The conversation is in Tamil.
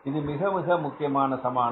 இது மிக மிக முக்கியமான சமானம்